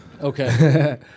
Okay